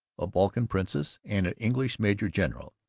a balkan princess, and an english major-general.